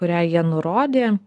kurią jie nurodė